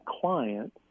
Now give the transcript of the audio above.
client